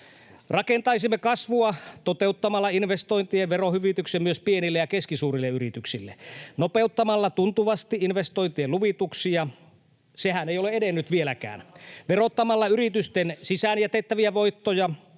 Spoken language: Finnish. Rakentaisimme kasvua toteuttamalla investointien verohyvityksen myös pienille ja keskisuurille yrityksille, nopeuttamalla tuntuvasti investointien luvituksia — sehän ei ole edennyt vieläkään — [Mauri Peltokangas: Sehän on